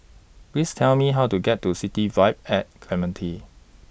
Please Tell Me How to get to City Vibe At Clementi